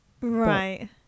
Right